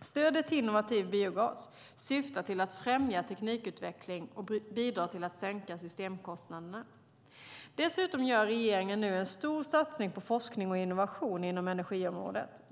Stödet till innovativ biogas syftar till att främja teknikutveckling och bidra till att sänka systemkostnaderna. Dessutom gör regeringen nu en stor satsning på forskning och innovation inom energiområdet.